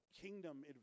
kingdom